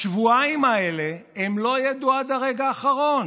בשבועיים האלה הם לא ידעו עד הרגע האחרון